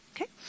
Okay